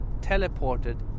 teleported